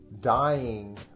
dying